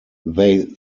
they